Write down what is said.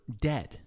dead